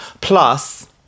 Plus